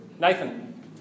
Nathan